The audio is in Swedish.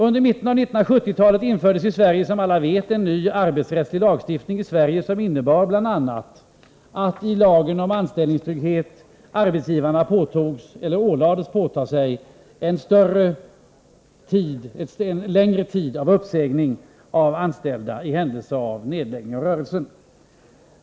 Under mitten av 1970-talet infördes i Sverige som alla vet en ny arbetsrättslagstiftning, som bl.a. innebar att i lagen om anställningstrygghet arbetsgivarna ålades en längre uppsägningstid för anställda i händelse av nedläggning av rörelsen.